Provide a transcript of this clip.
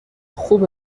خوب